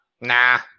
Nah